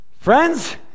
Friends